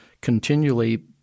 continually